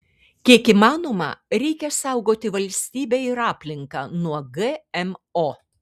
kiek įmanoma reikia saugoti valstybę ir aplinką nuo gmo